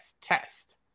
test